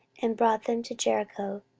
and brought them to jericho,